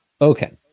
Okay